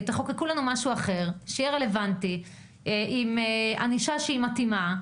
תחוקקו לנו משהו אחר שיהיה רלוונטי עם ענישה מתאימה.